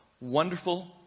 wonderful